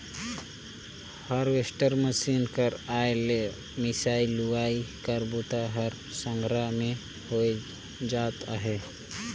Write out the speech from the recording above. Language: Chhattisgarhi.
हारवेस्टर मसीन कर आए ले मिंसई, लुवई कर बूता ह संघरा में हो जात अहे